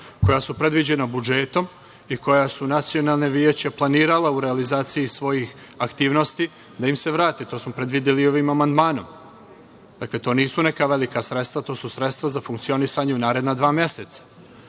koja su predviđena budžetom i koja su Nacionalna veća planirala u realizaciji svojih aktivnosti da im se vrate. To smo predvideli ovim amandmanom. Dakle, to nisu neka velika sredstva, to su sredstva za funkcionisanje u naredna dva meseca.